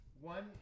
One